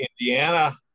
Indiana